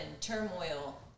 turmoil